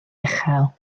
uchel